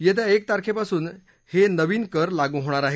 येत्या एक तारखेपासून हे नवीन कर लागू होणार आहेत